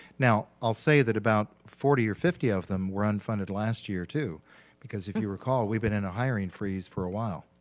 now, i'll say that about forty or fifty of them were unfunded last year too because if you recall, we've been in a hiring freeze for a while.